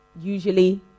Usually